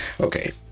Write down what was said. okay